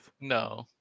No